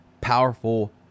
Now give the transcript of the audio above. powerful